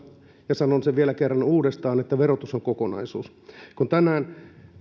ja sanon sen vielä kerran uudestaan että verotus on kokonaisuus kun tänään